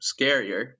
scarier